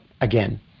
again